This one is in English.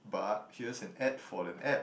but here's an ad for an app